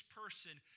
person